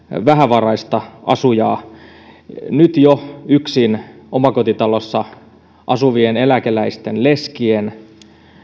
vähävaraista asujaa jo nyt yksin omakotitalossa asuvien eläkeläisten leskien